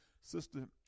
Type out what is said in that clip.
Sister